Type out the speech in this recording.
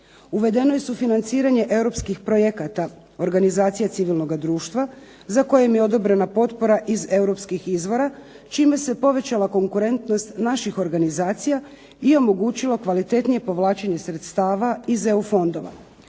Uvedeno je sufinanciranje europskih projekata Organizacije civilnog društva za kojem je odobrena potpora iz europskih izvora čime se povećala konkurentnost naših organizacija i omogućilo kvalitetnije povlačenje sredstava iz EU fondova.